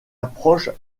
approche